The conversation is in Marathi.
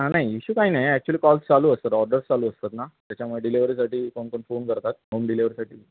नाही इशू काही नाही ॲक्चुअली कॉल्स चालू असतात ऑर्डर्स चालू असतात ना त्याच्यामुळे डिलेवरीसाठी कोणकोण फोन करतात होम डिलेवरीसाठी